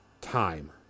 time